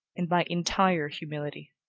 and by entire humility.